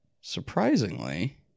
Surprisingly